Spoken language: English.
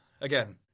Again